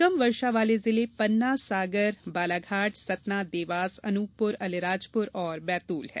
कम वर्षा वाले जिले पन्ना सागर बालाघाट सतना देवास अनूपपुर अलीराजपुर और बैतूल हैं